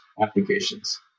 applications